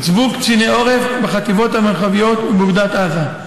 הוצבו קציני עורף בחטיבות המרחביות ובאוגדת עזה.